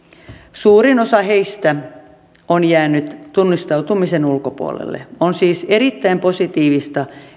suurin osa heistä on jäänyt tunnistautumisen ulkopuolelle on siis erittäin positiivista että